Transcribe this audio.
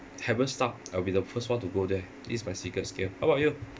haven't start I'll be the first one to go there this is my secret skill how about you